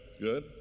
Good